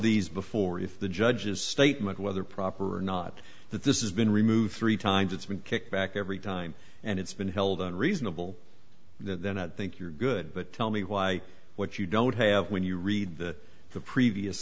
these before if the judges statement whether proper or not that this is been removed three times it's been kicked back every time and it's been held in reasonable then at think you're good but tell me why what you don't have when you read the the previ